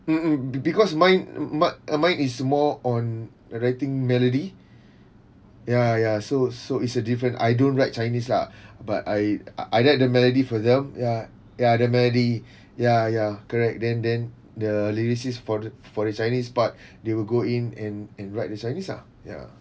mm mm be~ because mine mat uh mine is more on writing melody ya ya so so it's a different I don't write chinese lah but I I write the melody for them ya ya the melody ya ya correct then then the lyrics is for the for the chinese part they will go in and and write the chinese ah ya